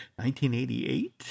1988